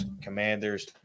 Commanders